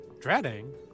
Dreading